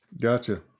Gotcha